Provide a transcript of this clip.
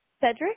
Cedric